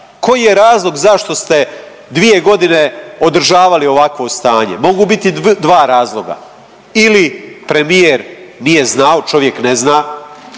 Koji je razlog zašto ste dvije godine održavali ovakvo stanje? Mogu biti dva razloga ili primjer nije znao, čovjek ne zna,